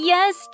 Yes